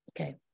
Okay